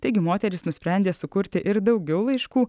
taigi moteris nusprendė sukurti ir daugiau laiškų